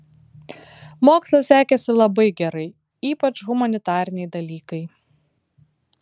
mokslas sekėsi labai gerai ypač humanitariniai dalykai